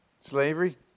slavery